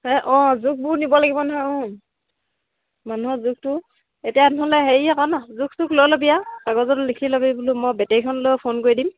এই অঁ জোখবোৰ নিব লাগিব নহয় অঁ মানুহৰ জোখটো এতিয়া নহ'লে হেৰি আকৌ ন জোখচোখ লৈ ল'বি আৰু কাগজত লিখি ল'বি বোলো মই বেটেৰীখন লৈ ফোন কৰি দিম